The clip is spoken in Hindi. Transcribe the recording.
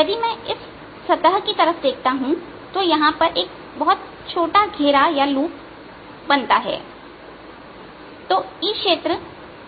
यदि मैं इस सतह की तरफ देखता हूं और यहां एक बहुत छोटा घेरालूप बनाता हैतो E क्षेत्र